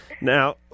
Now